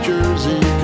Jersey